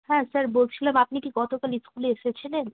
হ্যাঁ স্যার বলছিলাম আপনি কি গতকাল স্কুলে এসেছিলেন